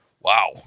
Wow